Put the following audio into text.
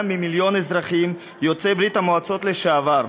ממיליון אזרחים יוצאי ברית-המועצות לשעבר.